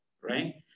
Right